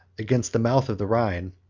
against the mouth of the rhine,